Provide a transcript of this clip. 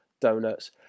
donuts